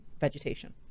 vegetation